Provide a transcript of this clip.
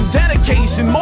dedication